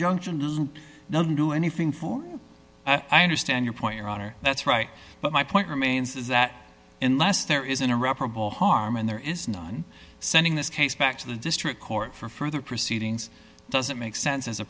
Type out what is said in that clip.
injunction doesn't do anything for i understand your point your honor that's right but my point remains that unless there is an irreparable harm and there is none sending this case back to the district court for further proceedings does it make sense as a